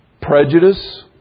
prejudice